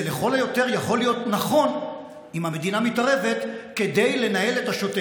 זה לכל היותר יכול להיות נכון אם המדינה מתערבת כדי לנהל את השוטף.